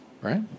right